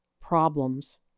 problems